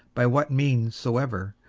by what means soever,